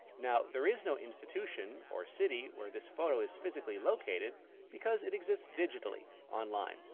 now, there is no institution or city where this photo is physically located because it exists digitally online,